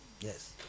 Yes